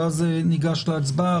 ואז ניגש להצבעה.